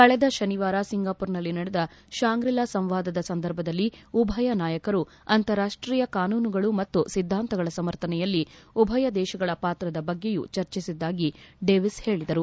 ಕಳೆದ ಶನಿವಾರ ಸಿಂಗಾಮರದಲ್ಲಿ ನಡೆದ ಶಾಂಗ್ರಿಲಾ ಸಂವಾದದ ಸಂದರ್ಭದಲ್ಲಿ ಉಭಯ ನಾಯಕರು ಅಂತಾರಾಷ್ವೀಯ ಕಾನೂನುಗಳು ಮತ್ತು ಸಿದ್ದಾಂತಗಳ ಸಮರ್ಥನೆಯಲ್ಲಿ ಉಭಯ ದೇಶಗಳ ಪಾತ್ರದ ಬಗ್ಗೆಯೂ ಚರ್ಚಿಸಿದ್ದಾಗಿ ಡೇವಿಸ್ ಹೇಳಿದರು